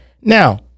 Now